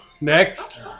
next